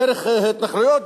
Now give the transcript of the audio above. דרך התנחלויות,